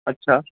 अच्छा